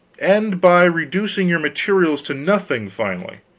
end by reducing your materials to nothing finally,